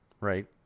right